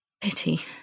Pity